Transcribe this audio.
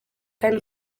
kandi